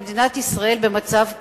כי מדינת ישראל במצב קשה.